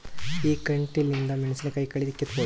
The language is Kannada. ಈ ಕಂಟಿಲಿಂದ ಮೆಣಸಿನಕಾಯಿ ಕಳಿ ಕಿತ್ತಬೋದ?